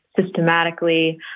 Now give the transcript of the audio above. systematically